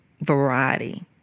variety